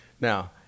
Now